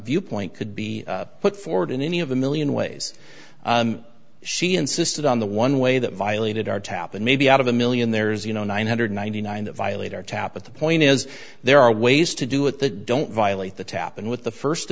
viewpoint could be put forward in any of a million ways she insisted on the one way that violated our tap and maybe out of a million there's you know nine hundred ninety nine that violate our tap at the point is there are ways to do it the don't violate the tappan with the first